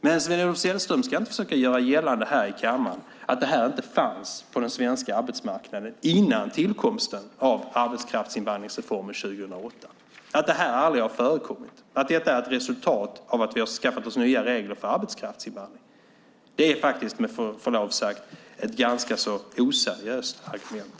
Men Sven-Olof Sällström ska inte försöka göra gällande här i kammaren att detta inte fanns på den svenska arbetsmarknaden innan tillkomsten av arbetskraftsinvandringsreformen 2008, att detta aldrig har förekommit, att detta är ett resultat av att vi har skaffat oss nya regler för arbetskraftsinvandring. Det är med förlov sagt ett ganska oseriöst argument.